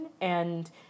and-